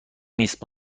نیست